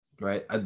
right